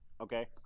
Okay